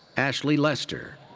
ashlee lester.